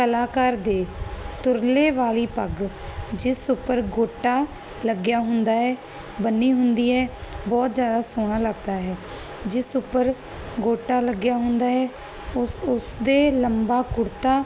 ਕਲਾਕਾਰ ਦੇ ਤੁਰਲੇ ਵਾਲੀ ਪੱਗ ਜਿਸ ਉਪਰ ਗੋਟਾ ਲੱਗਿਆ ਹੁੰਦਾ ਹੈ ਬੰਨੀ ਹੁੰਦੀ ਹੈ ਬਹੁਤ ਜਿਆਦਾ ਸੋਹਣਾ ਲੱਗਦਾ ਹੈ ਜਿਸ ਉਪਰ ਗੋਟਾ ਲੱਗਿਆ ਹੁੰਦਾ ਹੈ ਉਸ ਉਸਦੇ ਲੰਬਾ ਕੁੜਤਾ